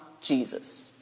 Jesus